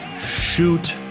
shoot